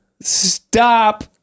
stop